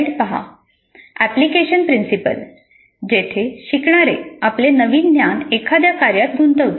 application principle जिथे शिकणारे आपले नवीन ज्ञान एखाद्या कार्यात गुंतवतात